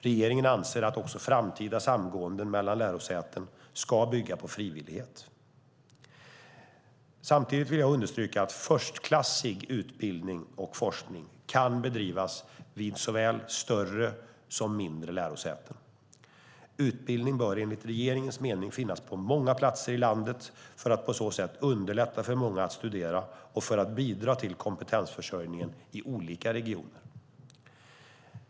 Regeringen anser att också framtida samgåenden mellan lärosäten ska bygga på frivillighet. Samtidigt vill jag understryka att förstklassig utbildning och forskning kan bedrivas vid såväl större som mindre lärosäten. Utbildning bör enligt regeringens mening finnas på många platser i landet för att på så sätt underlätta för många att studera och för att bidra till kompetensförsörjningen i olika regioner.